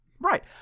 Right